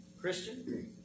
Christian